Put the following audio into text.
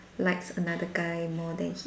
likes another guy more than him